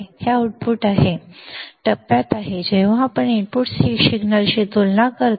हे आउटपुट आहे टप्प्यात आहे जेव्हा आपण इनपुट सिग्नलशी तुलना करता